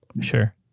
Sure